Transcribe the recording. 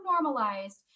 normalized